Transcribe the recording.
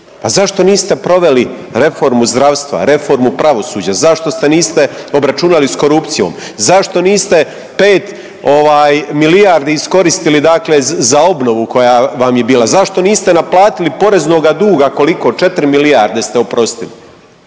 pa zašto niste proveli reformu zdravstva, reformu pravosuđa, zašto se niste obračunali s korupcijom, zašto niste pet ovaj milijardi iskoristili dakle za obnovu koja vam je bila, zašto niste naplatili poreznoga duga, koliko, 4 milijarde ste oprostili,